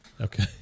Okay